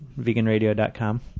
veganradio.com